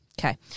Okay